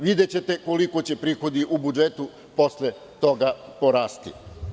Videćete koliko će prihodi u budžetu posle toga porasti.